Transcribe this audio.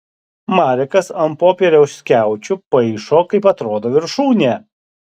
marekas ant popieriaus skiaučių paišo kaip atrodo viršūnė